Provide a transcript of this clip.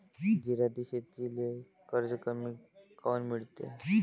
जिरायती शेतीले कर्ज कमी काऊन मिळते?